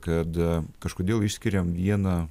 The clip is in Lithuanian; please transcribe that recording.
kad kažkodėl išskiriam vieną